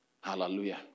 Hallelujah